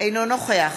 אינו נוכח